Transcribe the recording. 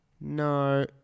No